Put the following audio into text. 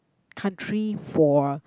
country for